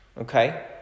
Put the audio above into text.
Okay